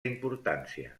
importància